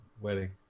wedding